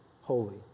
holy